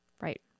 Right